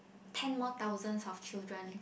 ten more thousands of children